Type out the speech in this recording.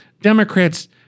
Democrats